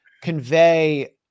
convey